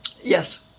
Yes